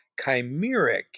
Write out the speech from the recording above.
chimeric